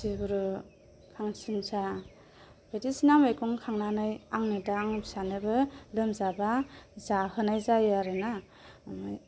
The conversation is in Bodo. सिब्रु खानसिंसा बायदि सिना मैगं खानानै आंनो दा आं फिसानोबो लोमजाब्ला जाहोनाय जायो आरो ना